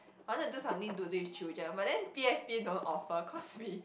I wanted to do something to do with children but then P_S_B don't offer cause we